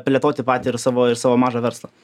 plėtoti patį ir savo ir savo mažą verslą